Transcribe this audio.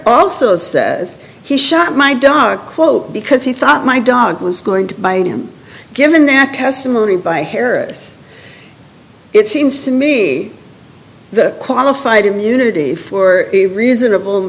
also says he shot my dark cloak because he thought my dog was going to bite him given that testimony by harris it seems to me that qualified immunity for a reasonable